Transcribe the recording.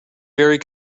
very